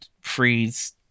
Freeze